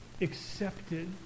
Accepted